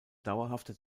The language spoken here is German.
dauerhafter